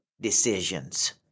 decisions